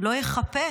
לא יחפה